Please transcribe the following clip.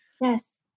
Yes